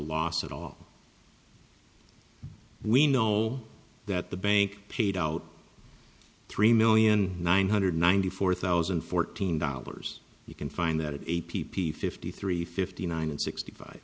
loss at all we know that the bank paid out three million nine hundred ninety four thousand and fourteen dollars you can find that a p p fifty three fifty nine and sixty five